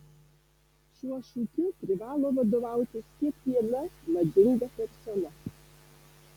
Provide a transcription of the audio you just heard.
šiuo šūkiu privalo vadovautis kiekviena madinga persona